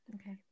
Okay